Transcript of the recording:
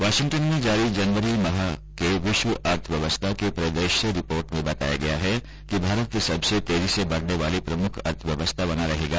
Washington में जारी जनवरी माह के विश्व अर्थव्यवस्था के परिदृश्य रिपोर्ट में बताया गया है कि भारत सबसे तेजी से बढ़ने वाली प्रमुख अर्थव्यवस्था बना रहेगा